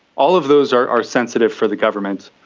all of those are are sensitive for the government.